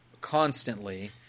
constantly